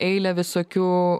eilę visokių